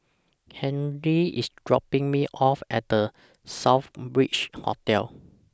Henry IS dropping Me off At The Southbridge Hotel